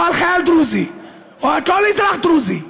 על חייל דרוזי או על כל אזרח דרוזי.